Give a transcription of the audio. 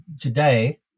today